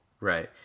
Right